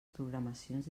programacions